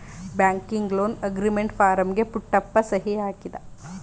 banking loan agreement ಫಾರಂಗೆ ಪುಟ್ಟಪ್ಪ ಸಹಿ ಹಾಕಿದ